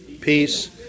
Peace